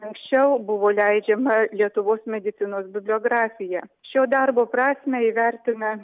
anksčiau buvo leidžiama lietuvos medicinos bibliografija šio darbo prasmę įvertina